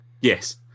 Yes